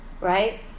right